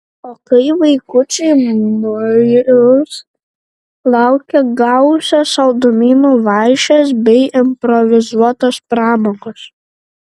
o kai vaikučiai nuils laukia gausios saldumynų vaišės bei improvizuotos pramogos